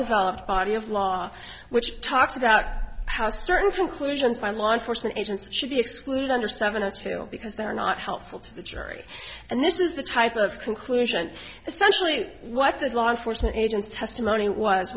developed body of law which talks about how certain conclusions by law enforcement agents should be excluded under seventy two because they're not helpful to the jury and this is the type of conclusion essentially what the law enforcement agents testimony wa